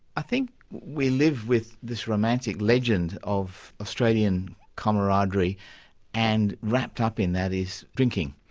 i think we live with this romantic legend of australian camaraderie and wrapped up in that is drinking,